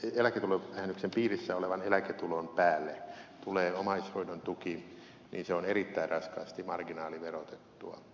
eläketulo ja sen piirissä olevan eläketulon päälle tulee omaishoidon tuki niin se on erittäin raskaasti marginaaliverotettua